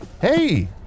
Hey